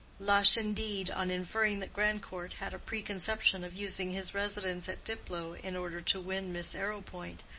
lush, indeed, on inferring that grandcourt had a preconception of using his residence at diplow in order to win miss arrowpoint,